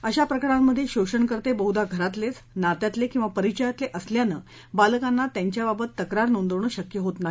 अशा प्रकरणांमधे शोषणकर्ते बहुदा घरातलेच नात्यातले किंवा परिचयातले असल्यानं बालकांना त्यांच्याबाबत तक्रार नोंदवणं शक्य होत नाही